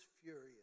furious